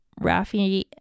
Rafi